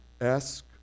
ask